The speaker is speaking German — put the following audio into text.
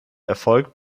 erfolg